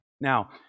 Now